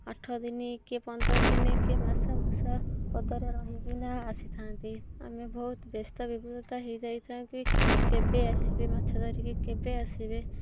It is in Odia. ଆଠ ଦିନ କିଏ ପନ୍ଦର ଦିନ କିଏ ମାସ ମାସ ପଦାରେ ରହିକିନା ଆସିଥାନ୍ତି ଆମେ ବହୁତ ବ୍ୟସ୍ତ ବିବ୍ରତ ହେଇ ଯାଇଥାଉ କି କେବେ ଆସିବେ ମାଛ ଧରିକି କେବେ ଆସିବେ